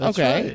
Okay